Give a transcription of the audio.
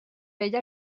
feia